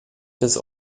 des